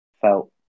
felt